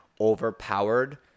overpowered